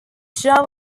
java